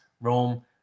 Rome